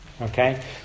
Okay